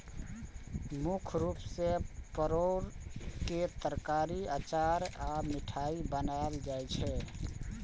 मुख्य रूप सं परोर के तरकारी, अचार आ मिठाइ बनायल जाइ छै